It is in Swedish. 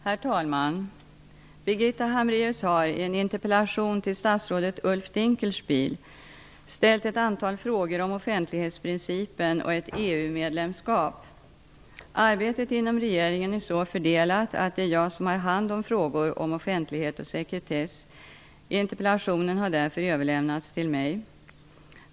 Herr talman! Birgitta Hambraeus har i en interpellation till statsrådet Ulf Dinkelspiel ställt ett antal frågor om offentlighetsprincipen och ett EU-medlemskap. Arbetet inom regeringen är så fördelat, att det är jag som har hand om frågor om offentlighet och sekretess. Interpellationen har därför överlämnats till mig.